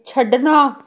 ਛੱਡਣਾ